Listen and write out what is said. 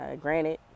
Granted